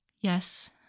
Yes